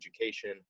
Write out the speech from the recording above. education